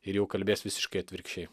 ir jau kalbės visiškai atvirkščiai